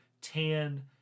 tan